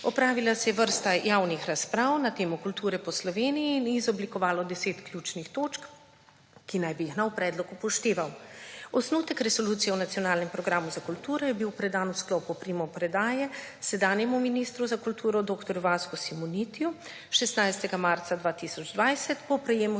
Opravila se je vrsta javnih razprav na temo kulture po Sloveniji in izoblikovalo deset ključnih točk, ki naj bi jih nov predlog upošteval. Osnutek resolucije o nacionalnem programu za kulturo je bil predan v sklopu primopredaje sedanjemu ministru za kulturo dr. Vasku Simonitiju 16. marca 2020. Po prejemu